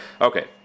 Okay